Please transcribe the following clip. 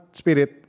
spirit